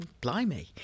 blimey